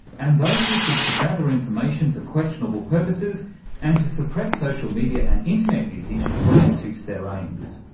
and those who seek to gather information for questionable purposes and to suppress social media and internet usage when it suits their aims.